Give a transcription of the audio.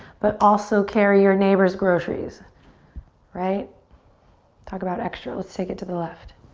but also carry your neighbors groceries right talk about extra. let's take it to the left